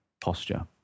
posture